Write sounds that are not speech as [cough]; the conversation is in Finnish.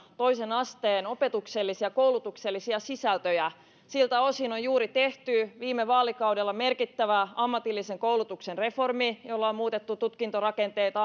toisen asteen opetuksellisia ja koulutuksellisia sisältöjä siltä osin on juuri tehty viime vaalikaudella merkittävä ammatillisen koulutuksen reformi jolla on muutettu tutkintorakenteita [unintelligible]